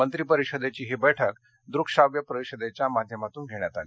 मंत्रिपरिषदेची ही बैठक द्रकश्राव्य परिषदेच्या माध्यमातून घेण्यात आली